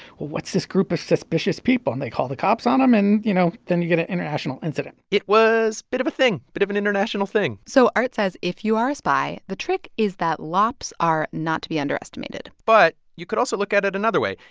well, what's this group of suspicious people? and they call the cops on him and, you know, then you get an international incident it was bit of a thing, a bit of an international thing so art says, if you are a spy, the trick is that lops are not to be underestimated but you could also look at it another way.